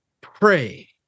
pray